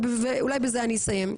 ואולי בזה אני אסיים.